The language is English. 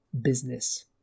business